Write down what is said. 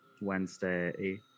Wednesday